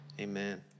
amen